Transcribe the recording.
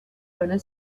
owner